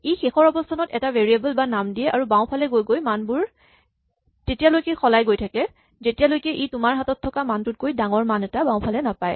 ই শেষৰ অৱস্হানত এটা ভেৰিয়েবল বা নাম দিয়ে আৰু বাওঁফালে গৈ গৈ মানবোৰ তেতিয়ালৈকে সলাই গৈ থাকে যেতিয়ালৈকে ই তোমাৰ হাতত থকা মানটোতকৈ ডাঙৰ মান এটা বাওঁফালে নাপায়